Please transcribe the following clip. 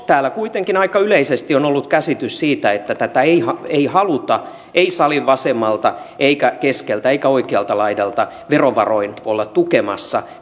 täällä kuitenkin aika yleisesti on ollut käsitys että tätä ei ei haluta ei salin vasemmalta eikä keskeltä eikä oikealta laidalta verovaroin olla tukemassa